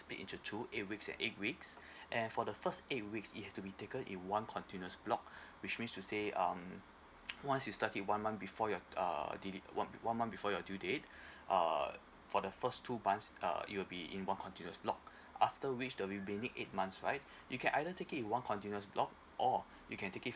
split into two eight weeks and eight weeks and for the first eight weeks it has to be taken in one continuous block which means to say um once you started one month before your uh deliv~ one one month before your due date uh for the first two months uh it will be in one continuous block after which the remaining eight months right you can either take it in one continuous block or you can take it